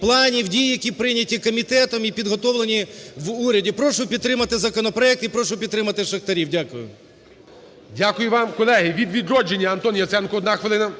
планів, дій, які прийняті комітетом і підготовлені в уряді. Прошу підтримати законопроект і прошу підтримати шахтарів. Дякую. ГОЛОВУЮЧИЙ. Дякую вам. Колеги, від "Відродження" Антон Яценко, одна хвилина.